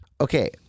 Okay